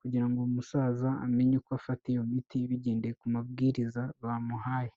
kugira ngo uwo musaza amenye uko afata iyo miti bigendeye ku mabwiriza bamuhaye.